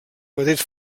mateix